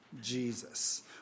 Jesus